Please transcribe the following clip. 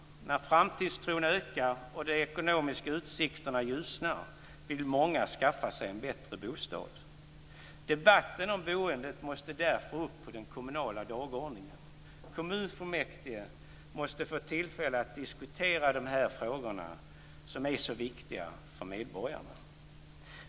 När framtidstron ökar och de ekonomiska utsikterna ljusnar vill många skaffa sig en bättre bostad. Debatten om boendet måste därför upp på den kommunala dagordningen. Kommunfullmäktige måste få tillfälle att diskutera de här frågorna som är så viktiga för medborgarna.